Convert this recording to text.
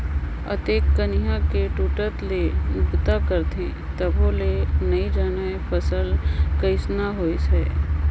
अतेक कनिहा के टूटट ले बूता करथे तभो ले नइ जानय फसल कइसना होइस है